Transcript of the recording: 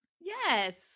Yes